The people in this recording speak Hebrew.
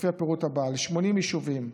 לפי הפירוט הבא: ל-80 יישובים,